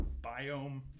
biome